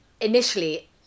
Initially